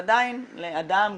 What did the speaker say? אבל עדיין לאדם,